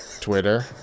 twitter